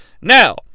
Now